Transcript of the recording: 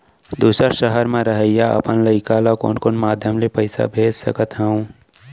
दूसर सहर म रहइया अपन लइका ला कोन कोन माधयम ले पइसा भेज सकत हव?